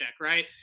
right